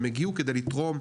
הם הגיעו לתרום,